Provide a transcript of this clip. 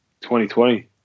2020